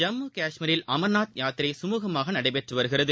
ஜம்மு கஷ்மீரில் அமர்நாத் யாத்திரை சுமூகமாகநடைபெற்றுவருகிறது